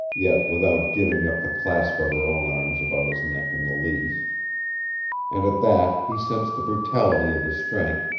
yet without giving up the clasp of her own arms about his neck in the least and at that he sensed the brutality of his strength,